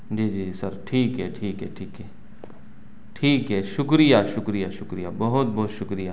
جی جی سر ٹھیک ہے ٹھیک ہے ٹھیک ہے ٹھیک ہے شکریہ شکریہ شکریہ بہت بہت شکریہ